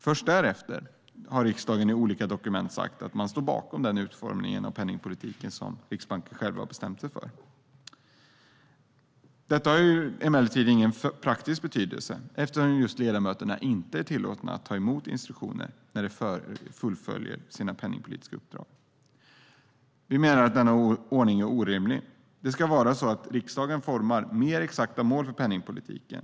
Först därefter har riksdagen i olika dokument sagt att man står bakom den utformning av penningpolitiken som Riksbanken själv har bestämt sig för. Detta har emellertid ingen praktisk betydelse just eftersom ledamöter av direktionen inte är tillåtna att ta emot instruktioner när de fullgör sina penningpolitiska uppdrag. Vi menar att denna ordning är orimlig. Det ska vara så att riksdagen utformar mer exakta mål för penningpolitiken.